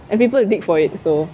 and people dig for it so